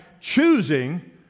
choosing